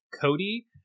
Cody